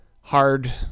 hard